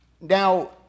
Now